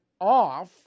off